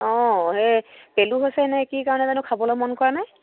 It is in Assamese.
অঁ সেই পেলু হৈছে নেকি কাৰণে জানো খাবলৈ মন কৰা নাই